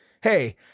Hey